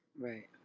right